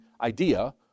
idea